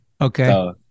okay